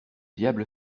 diable